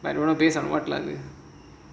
I don't know based on what lah